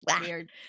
weird